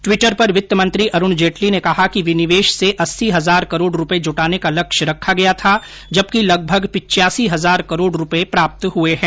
Twitter पर वित्त मंत्री अरूण जेटली ने कहा कि विनिवेश से अस्सी हजार करोड़ रूपये जुटाने का लक्ष्य रखा गया था जबकि लगभग पिच्यासी हजार करोड़ रूपये प्राप्त हुए हैं